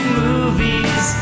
movies